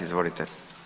Izvolite.